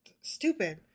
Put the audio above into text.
stupid